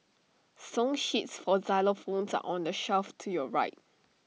song sheets for xylophones are on the shelf to your right